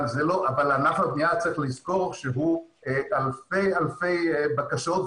אבל צריך לזכור שבענף הבנייה יש אלפי אלפי בקשות,